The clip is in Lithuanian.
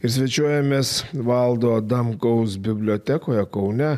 ir svečiuojamės valdo adamkaus bibliotekoje kaune